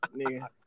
nigga